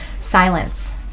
Silence